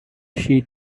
she